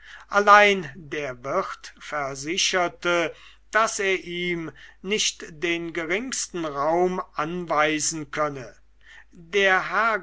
allein der wirt versicherte daß er ihm nicht den geringsten raum anweisen könne der herr